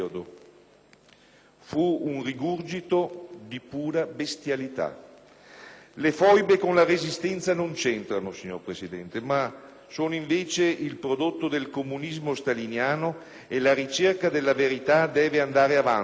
Fu un rigurgito di pura bestialità. Le foibe con la Resistenza non c'entrano, signor Presidente, ma sono il prodotto del comunismo staliniano. *(Applausi dal Gruppo PdL)*. La ricerca della verità deve andare avanti,